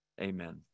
Amen